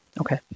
Okay